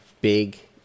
Big